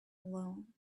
along